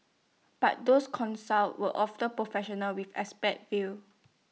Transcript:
but those consulted were often professionals with expert views